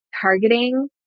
targeting